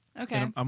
Okay